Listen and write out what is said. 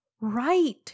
Right